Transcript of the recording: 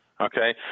okay